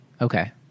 Okay